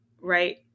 right